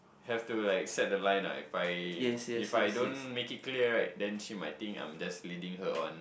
have to like set the liner if I if I don't make clear right than she might think I'm just reading her one